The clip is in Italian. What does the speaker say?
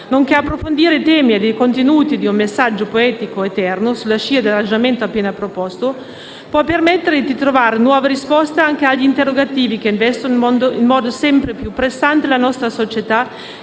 nonché approfondire i temi e i contenuti di un messaggio poetico eterno, sulla scia dell'arrangiamento appena proposto, può permettere di trovare nuova risposta anche agli interrogativi che investono, in modo sempre più pressante, la nostra società.